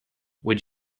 would